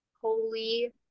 holy